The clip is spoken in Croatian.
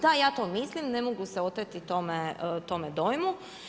Da ja to mislim, ne mogu se oteti tome dojmu.